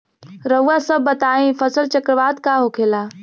रउआ सभ बताई फसल चक्रवात का होखेला?